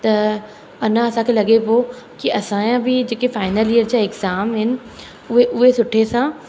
त अञा असांखे लॻे पियो कि असांजा बि जेके फाइनल ईयर जा एग्ज़ाम आहिनि उहे उहे सुठे सां